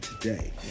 today